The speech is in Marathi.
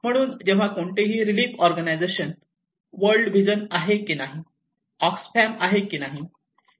म्हणून जेव्हा कोणतीही रीलीफ ऑर्गनायझेशन वर्ल्ड व्हिजन आहे की नाही ऑक्सफॅम आहे की नाही